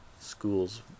schools